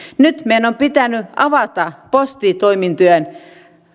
nyt meidän on pitänyt avata postitoimintojen